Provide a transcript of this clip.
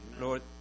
Lord